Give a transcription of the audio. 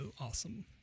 awesome